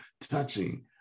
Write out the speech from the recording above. touching